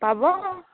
পাব